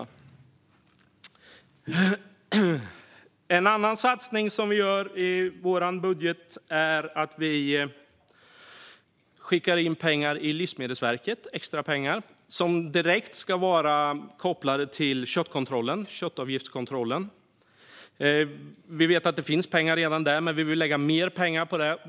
Ytterligare en satsning som vi gör i vår budget är att vi skickar in extra pengar till Livsmedelsverket som ska vara direkt kopplade till köttkontrollen och avgiften för den. Vi vet att det redan finns pengar där, men vi vill lägga mer pengar på det.